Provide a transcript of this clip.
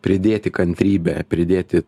pridėti kantrybę pridėti